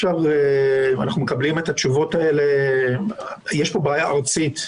אנחנו מקבלים את התשובות האלה יש פה בעיה ארצית.